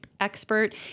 Expert